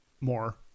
more